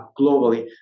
globally